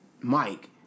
Mike